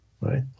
right